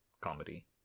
comedy